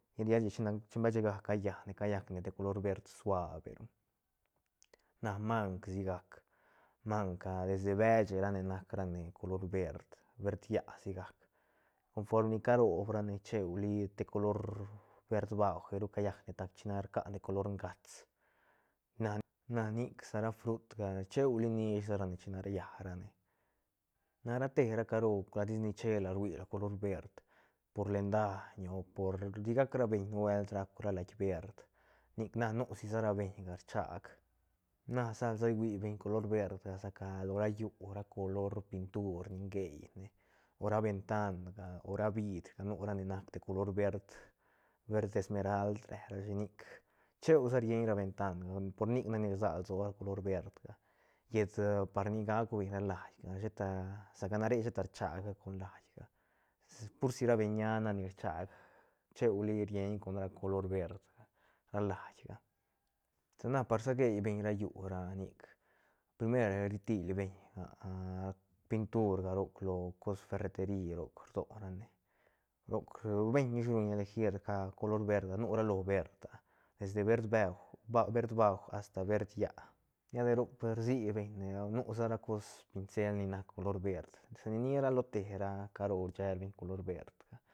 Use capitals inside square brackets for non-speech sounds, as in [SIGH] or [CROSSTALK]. [UNINTELLIGIBLE] chembeshe ga ca llane callacne de color verd suab be ru na mang sigac manga desde bechene rac rane color verd verd yá sigac conforme carob rane cheuli te color verd bagueru callacne ta chine rcane color ngats na- na nic sa ra furtga cheuli nish rane chine riarane na rate ra caro la tis ni chela ruila color verd por len daiñ o por sigac ra beñ nubeult rauc ra laít verd nic nac nusi sa ra beiñga rchac na sal sa ruibeñ color verdga sa ca lo ra llú ra color pintur ni rgeine o ra ventanga o ra bidriga nu ra ne nac de color verd verd esmeralt re rashi nic cheu sa rllen ra ventanga por nic nac ni rsag lsoa color verdga llet par ni gauc beñ ra laítga sheta sa ca ra re sheta rchaga con laítga pur si ra beñ ña nac ni rchag cheuli rieñ con ra color verd ra laítga sa na par sa geibeñ ra llú ra nic primer ri til beñ [HESITATION] pinturga roc lo cos ferreteri roc rdo ra ne roc beiñ ish ruñ elegir ca color verdga nu ralo verd ah desde verd beuj bauj verd bauj asta verd yä lla de roc pues rsi beñne nusa ra cos pincel ni nac color verd sa ni nia ra lo te ra caro rshelbeñ color verdga.